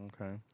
Okay